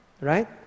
Right